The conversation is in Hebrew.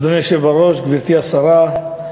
אדוני היושב-ראש, גברתי השרה,